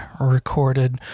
recorded